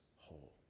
whole